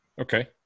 okay